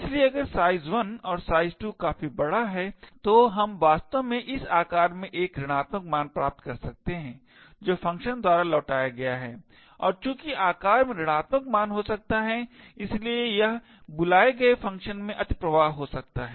इसलिए अगर size1 और size2 काफी बड़ा है तो हम वास्तव में इस आकार में एक ऋणात्मक मान प्राप्त कर सकते हैं जो फ़ंक्शन द्वारा लौटाया गया है और चूंकि आकार में ऋणात्मक मान हो सकता है इसलिए यह बुलाये गए फ़ंक्शन में अतिप्रवाह हो सकता है